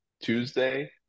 Tuesday